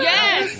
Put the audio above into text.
Yes